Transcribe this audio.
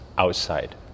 outside